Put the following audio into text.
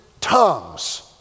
tongues